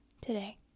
today